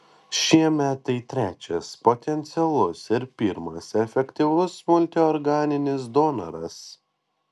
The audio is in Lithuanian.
šiemet tai trečias potencialus ir pirmas efektyvus multiorganinis donoras